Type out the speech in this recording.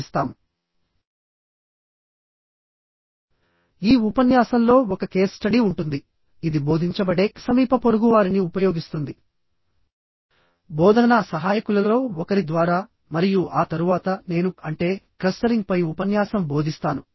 తర్వాత క్లాస్ లో మనం ఒక ఎగ్జాంపుల్ ని చేద్దాము దానిలో మనం నెట్ ఏరియా ని ఎలా కనుక్కోవాలో చూపిస్తాను